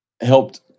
helped